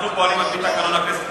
אנחנו פועלים על-פי תקנון הכנסת,